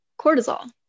cortisol